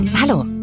Hallo